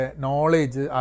knowledge